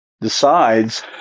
decides